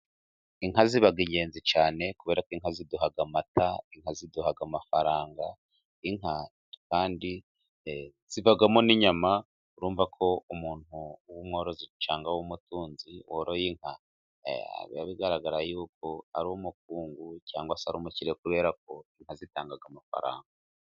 Inka ziba ingenzi cyane kubera ko inka ziduha amata, inka ziduha amafaranga, inka kandi zibamo n'inyama, urumva ko umuntu w'umworozi cyangwa w'umutunzi woroye inka, biba bigaragara yuko ari umukungu cyangwa se ari umukire, kubera ko zitanga amafaranga.